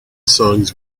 songs